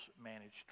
managed